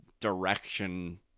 direction